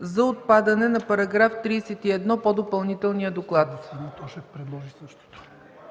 за отпадане на § 31 по Допълнителния доклад.